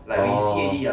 orh